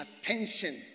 attention